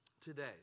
today